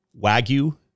wagyu